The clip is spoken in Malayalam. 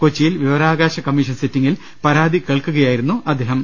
കൊച്ചിയിൽ വിവരാവകാശ കമ്മീഷൻ സിറ്റിംഗിൽ പരാതി കേൾക്കുകയായിരുന്നു അദ്ദേഹം